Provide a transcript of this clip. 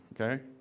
okay